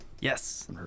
Yes